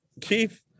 Keith